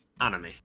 Anime